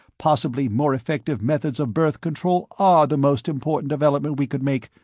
possibly more effective methods of birth control are the most important development we could make.